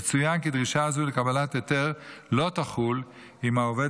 יצוין כי דרישה זו לקבלת היתר לא תחול אם העובד